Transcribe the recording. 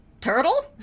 turtle